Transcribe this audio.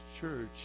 church